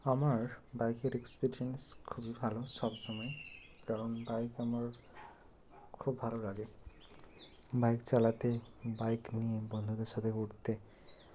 আমার বাইকের এক্সপেরিয়েন্স খুবই ভালো সবসময় কারণ বাইক আমার খুব ভালো লাগে বাইক চালাতে বাইক নিয়ে বন্ধুদের সাথে ঘুরতে